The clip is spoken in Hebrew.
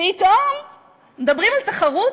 פתאום מדברים על תחרות,